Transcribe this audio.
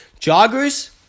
joggers